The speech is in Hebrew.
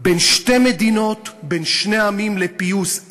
בין שתי מדינות, בין שני עמים, לפיוס.